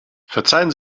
verzeihen